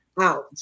out